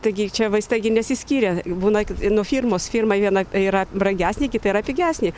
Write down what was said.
taigi čia vaistai gi nesiskiria būna kad nuo firmos firma viena yra brangesnė kita yra pigesnė